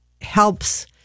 helps